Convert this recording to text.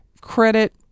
credit